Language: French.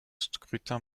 scrutin